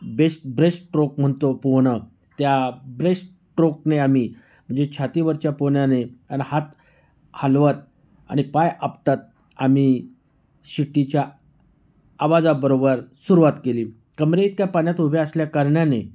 बेश breast stroke म्हणतो पोहणं त्या ब्रेश्ट ट्रोकने आम्ही म्हणजे छातीवरच्या पोहण्याने आणि हात हलवत आणि पाय आपटत आम्ही शिट्टीच्या आवाजाबरोबर सुरुवात केली कमरेइतक्या पाण्यात उभे असल्याकारणाने